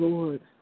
Lord